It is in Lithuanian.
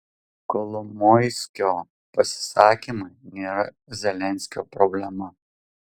kolomoiskio pasisakymai nėra zelenskio problema